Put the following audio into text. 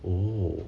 oh